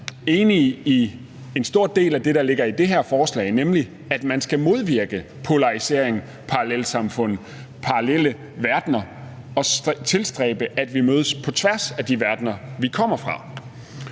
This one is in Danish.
enige i en stor del af det, der ligger i det her forslag, nemlig at man skal modvirke polarisering, parallelsamfund, parallelle verdner og tilstræbe, at vi mødes på tværs af de verdener, vi kommer fra.